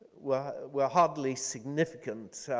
were were hardly significant,